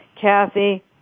Kathy